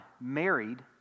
married